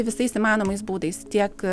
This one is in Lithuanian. visais įmanomais būdais tiek